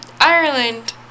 Ireland